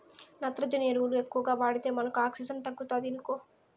నత్రజని ఎరువులు ఎక్కువగా వాడితే మనకు ఆక్సిజన్ తగ్గుతాది ఇనుకో